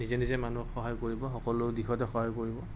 নিজে নিজে মানুহক সহায় কৰিব সকলো দিশতে সহায় কৰিব